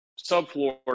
subfloor